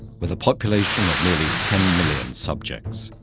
with a population of nearly ten million subjects.